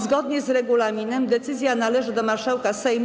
Zgodnie z regulaminem decyzja należy do marszałka Sejmu.